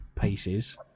pieces